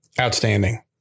outstanding